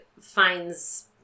finds